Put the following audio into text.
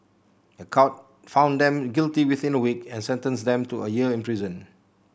a court found them guilty within a week and sentenced them to a year in prison